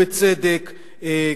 ובצדק,